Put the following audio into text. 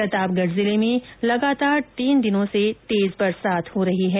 प्रतापगढ जिले में लगातार तीन दिनों से तेज बरसात हो रही है